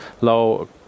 low